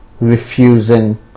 refusing